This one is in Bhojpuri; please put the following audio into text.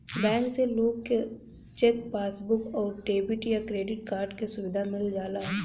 बैंक से लोग क चेक, पासबुक आउर डेबिट या क्रेडिट कार्ड क सुविधा मिल जाला